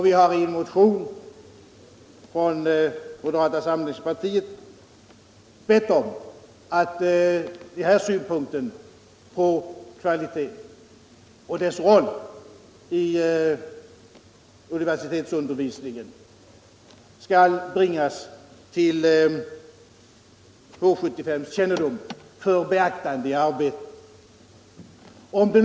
Vi har i en motion från moderata samlingspartiet bett om att synpunkten på kvaliteten och dess roll i universitetsundervisningen skall bringas till H 75:s kännedom för beaktande i arbetet.